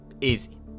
easy